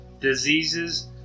diseases